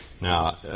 Now